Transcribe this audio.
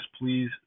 please